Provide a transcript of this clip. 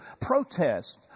protests